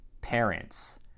Parents